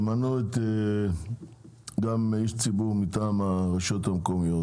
תמנו גם איש ציבור מטעם הרשויות המקומיות